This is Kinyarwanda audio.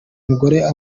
umugore